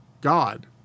God